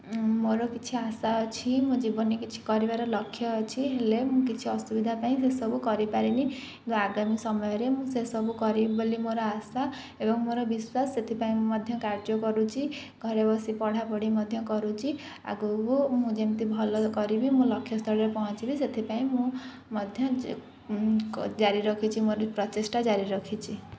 ମୋର କିଛି ଆଶା ଅଛି ମୁଁ ଜୀବନେ କିଛି କରିବାର ଲକ୍ଷ୍ୟ ଅଛି ହେଲେ ମୁଁ କିଛି ଅସୁବିଧା ପାଇଁ ସେସବୁ କରିପାରିନି କିନ୍ତୁ ଆଗାମୀ ସମୟରେ ମୁଁ ସେସବୁ କରିବି ବୋଲି ମୋର ଆଶା ଏବଂ ମୋର ବିଶ୍ୱାସ ସେଥିପାଇଁ ମୁଁ ମଧ୍ୟ କାର୍ଯ୍ୟ କରୁଛି ଘରେ ବସି ପଢ଼ାପଢି ମଧ୍ୟ କରୁଛି ଆଗକୁ ମୁଁ ଯେମିତି ଭଲ କରିବି ମୁଁ ଲକ୍ଷ୍ୟସ୍ଥଳରେ ପହଞ୍ଚିବି ସେଥିପାଇଁ ମୁଁ ମଧ୍ୟ ଜାରି ରଖିଛି ମୋର ପ୍ରଚେଷ୍ଟା ଜାରି ରଖିଛି